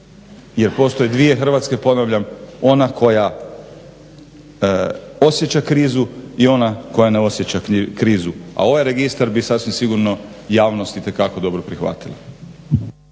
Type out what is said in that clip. jer postoje dvije Hrvatske ponavljam, ona koja osjeća krizu i ona koja ne osjeća krizu. A ovaj registar bi sasvim sigurno javnost itekako dobro prihvatila.